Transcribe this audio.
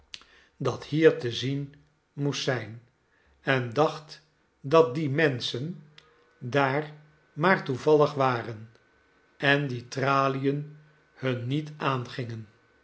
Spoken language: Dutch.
dat hier te zien moest zijn en dacht dat die menschen daar maar toevallig waren en die tralien hun niet aangingen